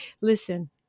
Listen